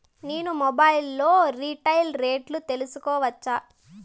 నేను మొబైల్ లో రీటైల్ రేట్లు తెలుసుకోవచ్చా?